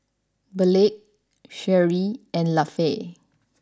Burleigh Sherree and Lafe